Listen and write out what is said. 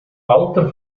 alter